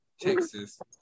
Texas